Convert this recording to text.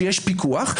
שיש פיקוח,